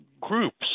groups